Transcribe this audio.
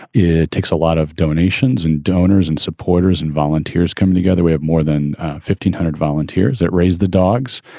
it takes a lot of donations and donors and supporters and volunteers coming together. we have more than fifty hundred volunteers that raise the dogs.